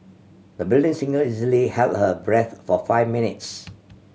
the budding singer easily held her breath for five minutes